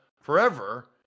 forever